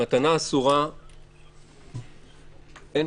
אין קל,